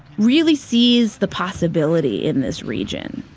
really sees the possibility in this region.